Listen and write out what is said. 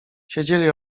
siedzieli